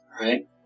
right